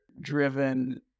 driven